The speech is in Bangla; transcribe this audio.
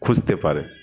খুঁজতে পারে